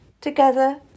Together